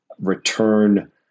return